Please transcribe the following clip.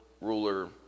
ruler